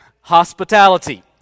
hospitality